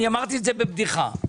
אמרתי את זה בבדיחה.